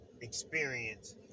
experience